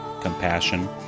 compassion